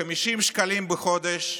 50 שקלים בחודש,